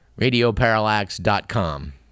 radioparallax.com